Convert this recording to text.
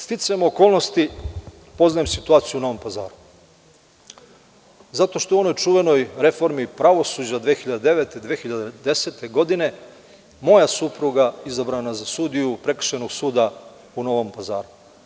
Sticajem okolnosti poznajem situaciju u Novom Pazaru, zato što u onoj čuvenoj reformi pravosuđa 2009-2010. godine moja supruga je izabrana za sudiju Prekršajnog suda u Novom Pazaru.